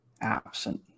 absent